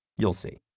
you'll see.